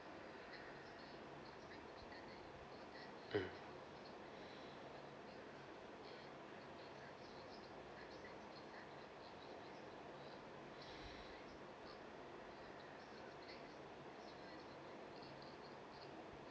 mm